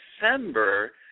December